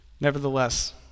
Nevertheless